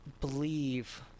believe